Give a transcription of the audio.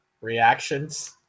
reactions